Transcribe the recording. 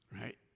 right